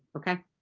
okay.